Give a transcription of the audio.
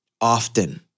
often